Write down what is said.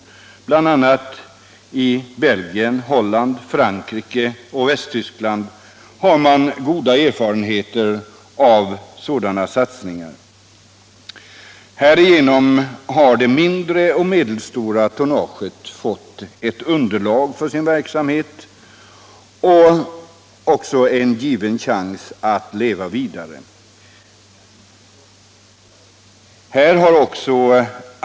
I bl.a. Belgien, Holland, Frankrike och Västtyskland har man goda erfarenheter av en sådan satsning. Härigenom har det mindre och medelstora tonnaget fått ett underlag för sin verksamhet och en given chans att leva vidare.